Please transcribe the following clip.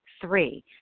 Three